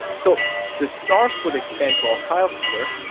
so the stars would expand to our files here,